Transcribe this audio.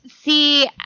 See